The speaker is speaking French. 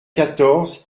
quatorze